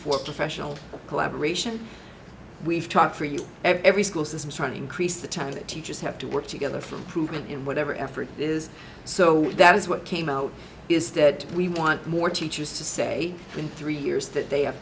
for professional collaboration we've talked for you every school system trying to increase the time that teachers have to work together from proven in whatever effort is so that is what came out is that we want more teachers to say in three years that they have